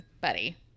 buddy